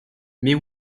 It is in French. mais